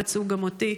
ופצעו גם אותי.